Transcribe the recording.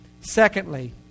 Secondly